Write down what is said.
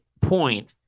point